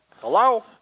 Hello